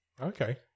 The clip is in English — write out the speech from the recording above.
Okay